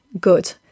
good